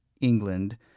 England